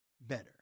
better